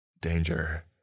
Danger